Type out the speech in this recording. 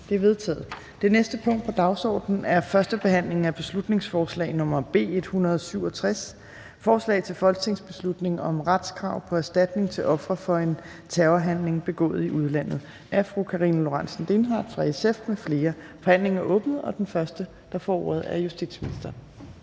Det er vedtaget. --- Det næste punkt på dagsordenen er: 25) 1. behandling af beslutningsforslag nr. B 167: Forslag til folketingsbeslutning om retskrav på erstatning til ofre for en terrorhandling begået i udlandet. Af Karina Lorentzen Dehnhardt (SF) m.fl. (Fremsættelse 01.03.2022). Kl. 16:28 Forhandling Tredje